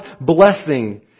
blessing